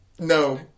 No